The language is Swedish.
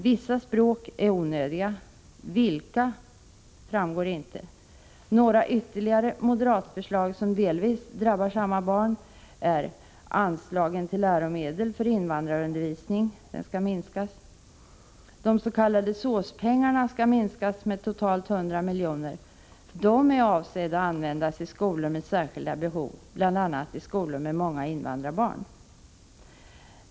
Vissa språk är onödiga. Vilka framgår inte. Ytterligare några moderatförslag som delvis drabbar samma barn: Anslagen till läromedel för invandrarundervisning minskas. De s.k. SÅS-pengarna minskas med 100 miljoner. De är avsedda att användas i skolor med särskilda behov, bl.a. skolor med många invandrarbarn.